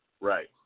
Right